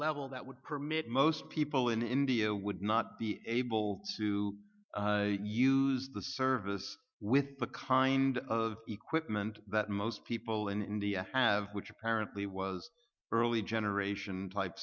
level that would permit most people in india would not be able to use the service with the kind of equipment that most people in india have which apparently was early generation type